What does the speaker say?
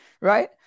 right